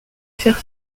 faire